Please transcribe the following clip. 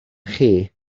chi